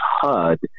HUD